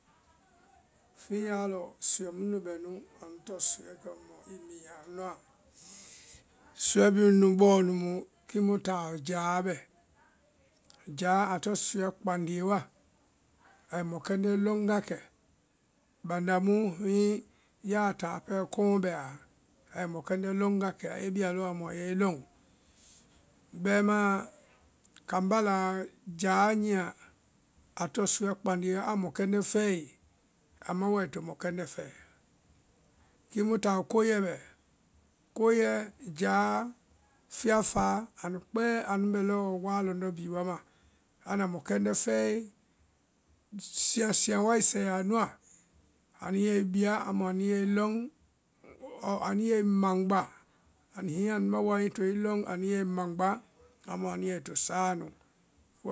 fiyáa lɔ, suɛ mu nu bɛ nu anu tɔŋ suɛ kɛ mɔ i minyaã a nuã suɛ bee nu nu bɔɔ nu mu kimu taɔ jáa bɛ. Jáa a tɔŋ suɛ kpandiɛ wa, ai mɔkɛndɛ lɔŋ wa kɛ, banda mu hiŋi yaa a taá kɔ́ŋɔ́ bɛa ai mɔkɛndɛ lɔŋ wa kɛ, a yɛ i bia lɔɔ kɛ amu a yɛ i lɔŋ, bɛmaã kambá la jáa nyia a tɔŋ suɛ kpandie a mɔkɛndɛ fɛe, ama woo ai to mɔkɛndɛ fɛɛ. Kimu taɔ koiɛ bɛ, koɛ, jáa, fiya fáa, anu kpɛɛ anu bɛ lɔɔ waa lɔndɔ́ bhii wa ma, anda mɔkɛndɛ fɛ́ɛe si- sinyasinya wa sɛɛ amuã anu yɛ i bia, anu yɛ lɔŋ ɔɔ anu yɛ i magba, hiŋi anu ma woo anuĩ to i lɔŋ nu yɛ i magba. hiŋi amu ma woo anuã to i lɔŋ, anu yɛ i magba amu anu yɛ i to sáa nu.